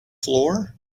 floor